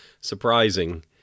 surprising